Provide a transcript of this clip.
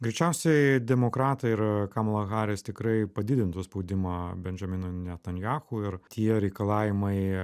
greičiausiai demokratai ir kamala haris tikrai padidintų spaudimą bendžiaminui netanjahu ir tie reikalavimai